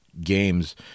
games